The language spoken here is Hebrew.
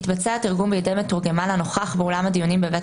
יתבצע התרגום בידי מתורגמן הנוכח באולם הדיונים בבית